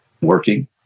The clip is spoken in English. working